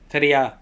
சரியா:sariyaa